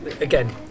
again